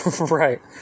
Right